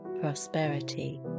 prosperity